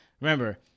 remember